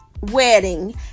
wedding